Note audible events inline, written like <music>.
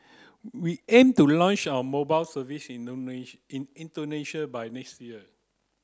we aim to launch our mobile service in <unintelligible> Indonesia by next year